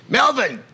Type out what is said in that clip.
Melvin